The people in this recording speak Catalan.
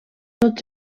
tots